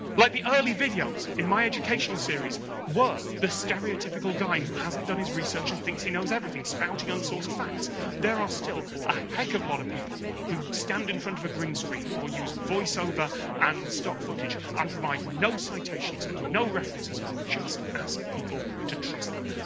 like the early videos, in my educational series were the stereotypical guy who hasn't done his research and thinks he knows everything, spouting unsourced facts there are still a heck-of-a-lot of people who stand in front of a green screen or use voiceover and stock footage and provide no citations, and no references, and just ask people to trust them.